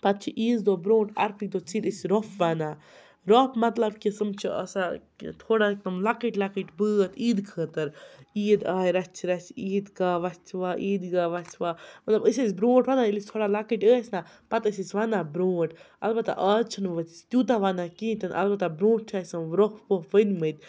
پَتہٕ چھِ عیز دۄہ برونٹھ اَرفٕکۍ دۄہ ژیٖر أسۍ روٛف وَنان روٛف مطلب قسٕم چھِ آسان تھوڑا تٕم لَکٕٹۍ لَکٕٹۍ بٲتھ عید خٲطرٕ عید آیہِ رَژھہِ رَژھہِ عید گاہ وَسوا عید گاہ وَسوا مطلب أسۍ ٲسۍ برونٹھ وَنان ییٚلہِ أسۍ تھوڑا لَکٕٹۍ ٲسۍ نا پَتہٕ ٲسۍ أسۍ وَنان برونٹھ البتاہ اَز چھِنہٕ وۄنۍ أسۍ تیوتاہ وَنان کِہیٖنۍ تہِ نہٕ البتاہ برونٹھ چھِ اَسہِ یِم روٚف ووٚف ؤنۍ مٕتۍ